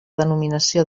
denominació